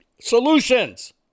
solutions